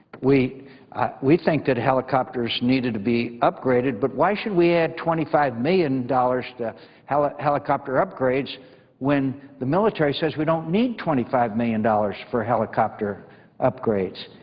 we we think that helicopters needed to be upgraded, but why should we add twenty five million dollars to ah helicopter upgrades when the military says we don't need twenty five million dollars for helicopter upgrades?